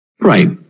Right